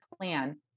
plan